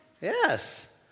yes